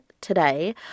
today